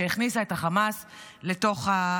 שהכניסה את חמאס למשכן.